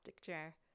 chair